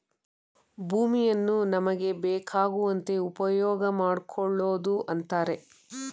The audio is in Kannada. ಭೂಮಿಯನ್ನು ನಮಗೆ ಬೇಕಾಗುವಂತೆ ಉಪ್ಯೋಗಮಾಡ್ಕೊಳೋದು ಅಂತರೆ